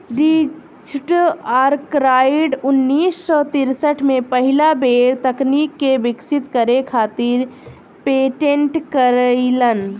Richard Arkwright उन्नीस सौ तिरसठ में पहिला बेर तकनीक के विकसित करे खातिर पेटेंट करइलन